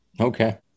Okay